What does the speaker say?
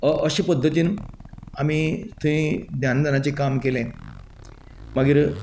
अशें पद्दतीन आमी थंय ज्ञानदानाचें काम केलें मागीर